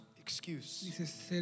excuse